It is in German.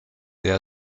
der